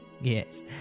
Yes